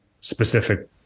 specific